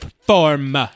form